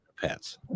pets